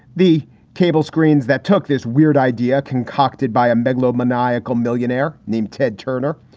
the cable screens that took this weird idea concocted by a meglio maniacal millionaire named ted turner.